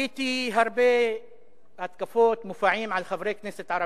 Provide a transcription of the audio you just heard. חוויתי הרבה התקפות, מופעים על חברי כנסת ערבים.